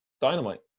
dynamite